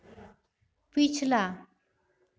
पिछला